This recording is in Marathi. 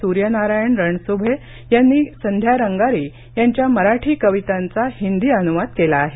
सूर्यनारायण रणसुभे यांनी संध्या रंगारी यांच्या मराठी कवितांचा हिंदी अनुवाद केला आहे